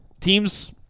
teams